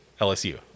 LSU